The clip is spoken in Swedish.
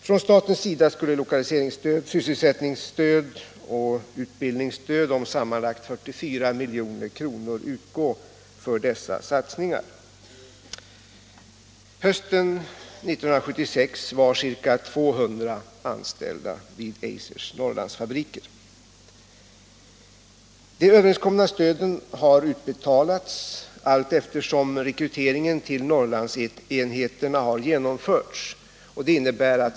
Från statens sida skulle lokaliseringsstöd, sysselsättningsstöd och utbildningsstöd på sammanlagt 44 milj.kr. utgå för dessa satsningar. Hösten 1976 var ca 200 anställda vid Eisers Norrlandsfabriker. De överenskomna stöden har betalats ut allteftersom rekryteringen till Norrlandsenheterna genomförts.